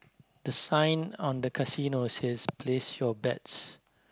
the sign on the casino says place your bets